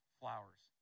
flowers